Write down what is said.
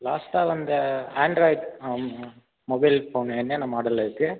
லாஸ்ட்டாக வந்த Android mobile phone என்னென்ன மாடலில் இருக்குது